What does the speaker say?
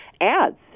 ads